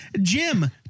Jim